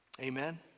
Amen